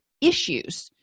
issues